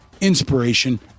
inspiration